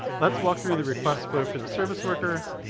let's walk through the request flow for the service worker,